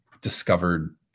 discovered